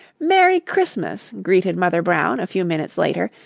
merry christmas, greeted mother brown, a few minutes later,